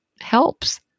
helps